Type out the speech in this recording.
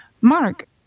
Mark